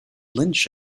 lynch